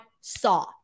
saw